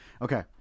okay